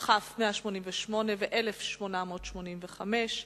כ/188 ו-פ/1885/17,